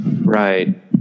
right